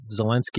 Zelensky